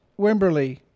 Wimberley